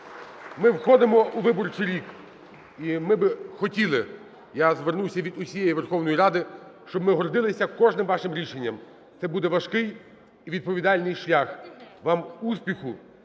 Ми входимо у виборчий рік, і ми би хотіли, я звернуся від усієї Верховної Ради, щоб ми гордилися кожним вашим рішенням. Це буде важкий і відповідальний шлях. Вам – успіху,